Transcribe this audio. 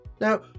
Now